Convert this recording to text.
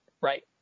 right